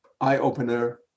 eye-opener